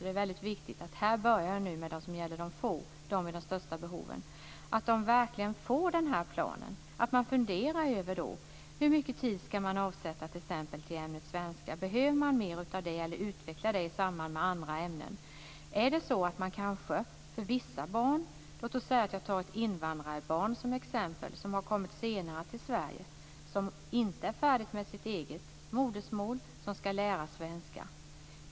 Det är viktigt att veta att jag nu börjar med att tala om de få som har de största behoven. De måste verkligen få den här planen. Man måste fundera över hur mycket tid som skall avsättas för t.ex. ämnet svenska. Behövs mer av det ämnet, eller behöver det utvecklas i samband med andra ämnen? Jag kan ta som exempel ett invandrarbarn som har kommit senare till Sverige, som inte är färdigt med sitt eget modersmål och som skall lära sig svenska.